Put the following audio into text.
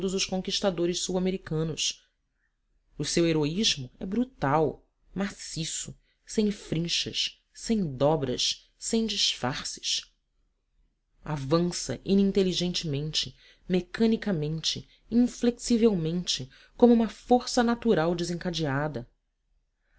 os conquistadores sul americanos o seu heroísmo é brutal maciço sem frinchas sem dobras sem disfarces avança ininteligentemente mecanicamente inflexivelmente como uma força natural desencadeada